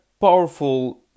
powerful